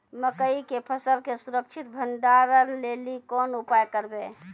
मकई के फसल के सुरक्षित भंडारण लेली कोंन उपाय करबै?